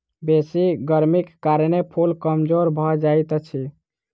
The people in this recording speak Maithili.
बेसी गर्मीक कारणें फूल कमजोर भअ जाइत अछि